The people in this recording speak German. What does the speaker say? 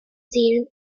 seelen